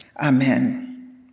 Amen